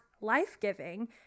life-giving